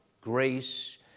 grace